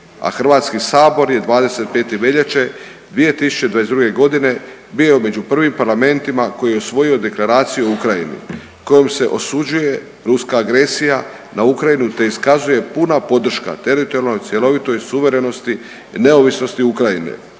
a Hrvatski sabor je 25. veljače 2022. godine bio među prvim parlamentima koji je usvojio Deklaraciju o Ukrajini kojom se osuđuje ruska agresija na Ukrajinu te iskazuje puna podrška teritorijalnoj, cjelovitoj suverenosti i neovisnosti Ukrajine